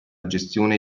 gestione